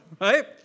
Right